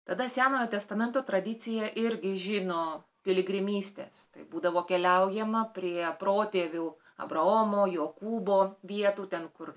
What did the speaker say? tada senojo testamento tradicija irgi žino piligrimystės tai būdavo keliaujama prie protėvių abraomo jokūbo vietų ten kur